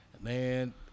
man